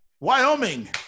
Wyoming